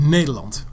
Nederland